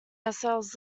ourselves